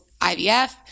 IVF